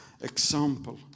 example